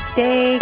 Stay